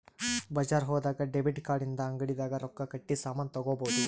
ಬಜಾರ್ ಹೋದಾಗ debit card ಇಂದ ಅಂಗಡಿ ದಾಗ ರೊಕ್ಕ ಕಟ್ಟಿ ಸಾಮನ್ ತಗೊಬೊದು